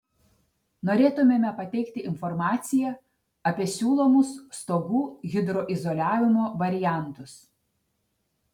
norėtumėme pateikti informaciją apie siūlomus stogų hidroizoliavimo variantus